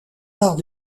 arts